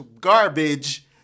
garbage